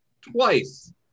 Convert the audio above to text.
twice